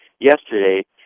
yesterday